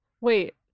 Wait